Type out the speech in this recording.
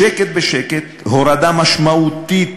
בשקט בשקט, הורדה משמעותית